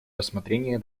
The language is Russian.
рассмотрение